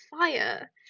fire